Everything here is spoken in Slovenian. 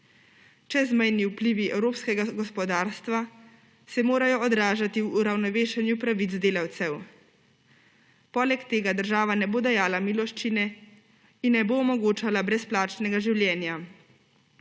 Čezmejni vplivi evropskega gospodarstva se morajo odražati v uravnovešenju pravic delavcev. Poleg tega država ne bo dajala miloščine in ne bo omogočala brezplačnega življenja.